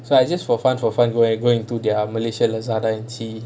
so I just for fun for fun go and go into their malaysia Lazada and see